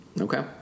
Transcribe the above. Okay